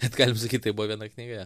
bet galim sakyt tai buvo viena knyga